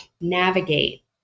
navigate